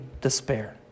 despair